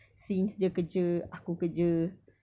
since dia kerja aku kerja